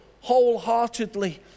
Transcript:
wholeheartedly